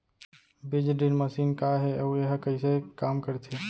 बीज drill machine का हे अऊ एहा कइसे काम करथे?